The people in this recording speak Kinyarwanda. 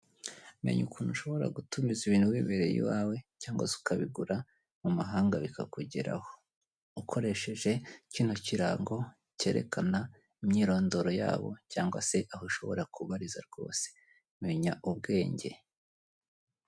Menya ukuntu ushobora gutumiza ibintu wibereye iwawe, cyangwa se ukabigura mu mahanga bikakugeraho. Ukoresheje kino kirango cyerekana imyirondoro yabo, cyangwa se aho ushobora kubariza rwose menya ubwenge.